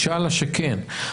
אינשאללה שכן,